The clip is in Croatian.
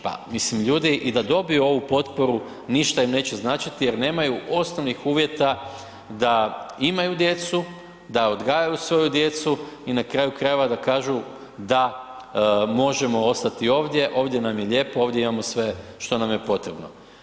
Pa, mislim ljudi i da dobiju ovu potporu ništa im neće značiti jer nemaju osnovnih uvjeta da imaju djecu, da odgajaju svoju djecu i na kraju krajeva da kažu da možemo ostati ovdje, ovdje nam je lijepo, ovdje imamo sve što nam je potrebno.